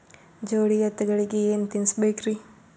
ಜೋಡಿ ಎತ್ತಗಳಿಗಿ ಏನ ತಿನಸಬೇಕ್ರಿ?